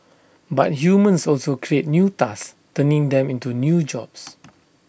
but humans also create new tasks turning them into new jobs